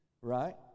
Right